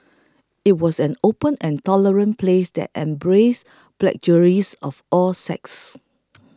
it was an open and tolerant place that embraced pugilists of all sects